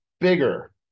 bigger